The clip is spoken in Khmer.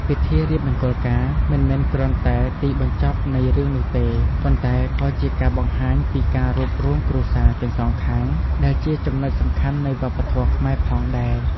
ពិធីរៀបមង្គលការមិនមែនគ្រាន់តែទីបញ្ចប់នៃរឿងនោះទេ ប៉ុន្តែក៏ជាការបង្ហាញពី ការរួបរួមគ្រួសារ ទាំងសងខាង ដែលជាចំណុចសំខាន់នៃវប្បធម៌ខ្មែរផងដែរ។